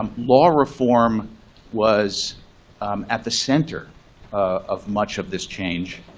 um law reform was at the center of much of this change.